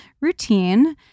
routine